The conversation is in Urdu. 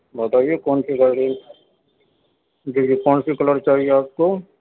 بتائیے کون سی گاڑی جی جی کون سی کلر چاہیے آپ کو